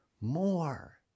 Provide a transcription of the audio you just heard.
more